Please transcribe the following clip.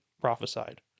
prophesied